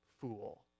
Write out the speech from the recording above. fool